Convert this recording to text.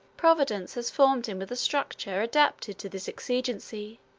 providence has formed him with a structure adapted to this exigency,